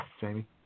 Jamie